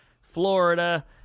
Florida